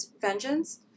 Vengeance